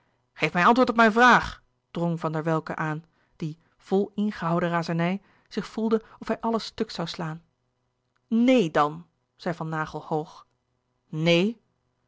geef mij antwoord op mijn vraag drong van der welcke aan die vol ingehouden razernij zich voelde of hij alles stuk zoû slaan neen dan zei van naghel hoog neen